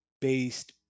based